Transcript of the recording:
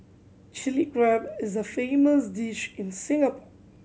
Chilli Crab is a famous dish in Singapore